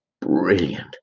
brilliant